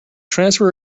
transfer